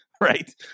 right